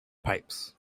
pipes